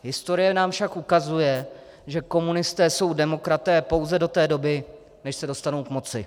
Historie nám však ukazuje, že komunisté jsou demokraté pouze do té doby, než se dostanou k moci.